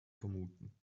vermuten